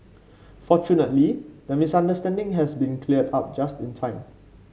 fortunately the misunderstanding has been cleared up just in time